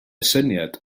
syniad